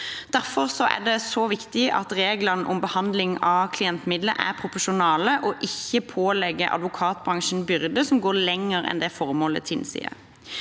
Derfor er det så viktig at reglene om behandling av klientmidler er proporsjonale og ikke pålegger advokatbransjen byrder som går lenger enn det formålet tilsier.